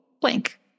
blank